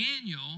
Daniel